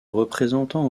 représentant